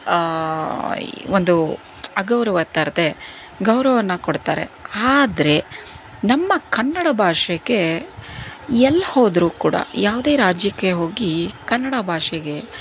ಒಂದು ಅಗೌರವ ತರದೇ ಗೌರವವನ್ನು ಕೊಡ್ತಾರೆ ಆದರೆ ನಮ್ಮ ಕನ್ನಡ ಭಾಷೆಗೆ ಎಲ್ಲಿ ಹೋದರೂ ಕೂಡ ಯಾವುದೇ ರಾಜ್ಯಕ್ಕೆ ಹೋಗಿ ಕನ್ನಡ ಭಾಷೆಗೆ